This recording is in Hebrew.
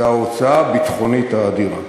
זו ההוצאה הביטחונית האדירה.